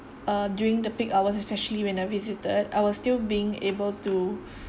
uh during the peak hours especially when I visited I were still being able to